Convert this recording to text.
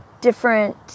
different